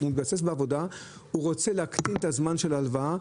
הוא בעבודה, הוא רוצה להקטין את הזמן של ההלוואה.